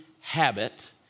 habit